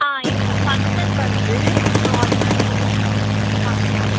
ஆ இப்போ ஃபங்சன் வருது ஸோ அதனாலேயும் பார்க்குறோம்